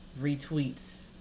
retweets